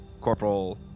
Corporal